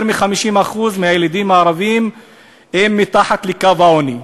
יותר מ-50% מהילדים הערבים הם מתחת לקו העוני,